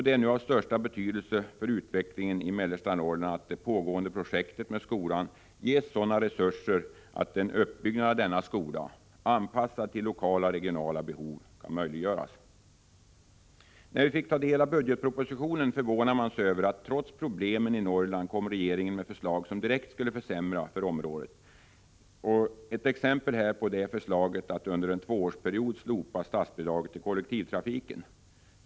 Det är av största betydelse för utvecklingen i mellersta Norrland att det påbörjade skolprojektet ges sådana resurser att en uppbyggnad av en sådan här skola, anpassad till lokala och regionala behov, möjliggörs. När vi läste budgetpropositionen blev vi förvånade över att regeringen, trots problemen i Norrland, lade fram förslag som direkt skulle innebära försämringar för området. Ett exempel härpå är förslaget att under en tvåårsperiod slopa statsbidraget till kollektivtrafiken.